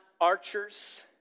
archers